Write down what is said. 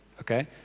Okay